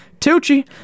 Tucci